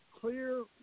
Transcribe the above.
clear